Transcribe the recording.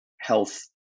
health